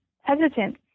hesitant